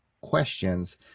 Questions